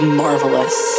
marvelous